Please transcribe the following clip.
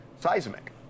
seismic